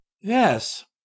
Yes